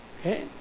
okay